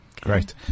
Great